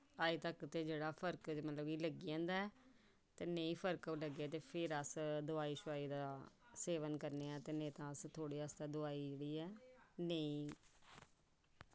अज्ज धोड़ी जेह्ड़ा फर्क ऐ ओह् लग्गी जंदा ऐ ते नेईं फर्क लग्गेआ ते अस दोआई दा सेवन करने आं ते कन्नै खांसी दी दुआई जेह्ड़ी ऐ लेई